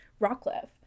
rockcliffe